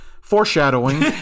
Foreshadowing